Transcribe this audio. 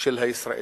של הישראלים.